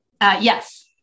Yes